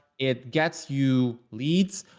it gets you leads,